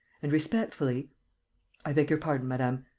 and, respectfully i beg your pardon, madame.